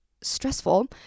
stressful